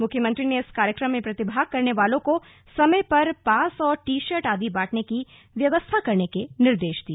मुख्यमंत्री ने इस कार्यक्रम में प्रतिभाग करने वालों को समय पर पास और टी शर्ट आदि बांटने की व्यवस्था करने के निर्देश दिए